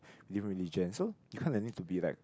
different religions so you kinda need to be like